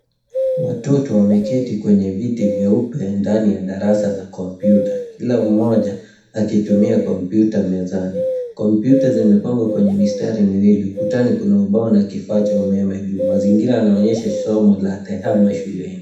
Watoto wameketi kwenye viti vyeupe ndani ya darasa la kompyuta. Kila mmoja akitumia kompyuta mezani. Kompyuta zimepangwa kwenye mistari miwili. Ukutani kuna ubao na kifaa cha umeme juu. Mazingira yanaonyesha somo la tehama shuleni.